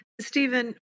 Stephen